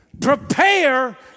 prepare